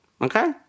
Okay